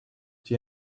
the